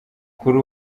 kuri